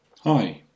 Hi